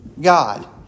God